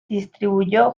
distribuyó